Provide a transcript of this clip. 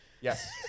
Yes